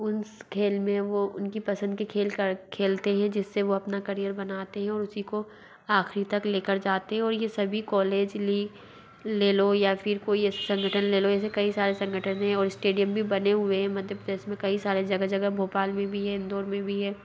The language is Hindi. उन खेल में वो उनकी पसंद के खेल खेलते है जिससे वह अपना करीयर बनाते है उसी को आखिरी तक लेकर जाते है और ये सभी कॉलेज ली ले लों या फिर कोई ऐसा संगठन ले लों ऐसे कई सारे संगठन है और स्टेडियम भी बने हुए है मध्य प्रदेश में कई सारे जगह जगह भोपाल में भी है इंदौर मे भी है